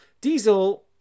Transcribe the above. Diesel